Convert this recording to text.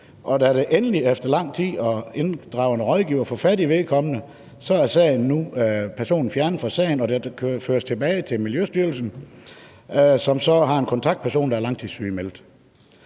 da man endelig efter lang tid og inddragelse af rådgivere får fat i vedkommende fra firmaet, er personen fjernet fra sagen, og den føres tilbage til Miljøstyrelsen, som så har en kontaktperson, der er langtidssygemeldt.